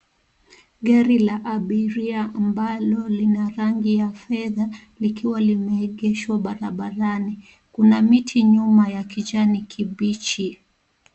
Gari la abiria ambalo lina rangi ya fedha likiwa limeegeshwa barabarani. Kuna miti nyuma ya kijani kibichi.